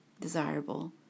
Desirable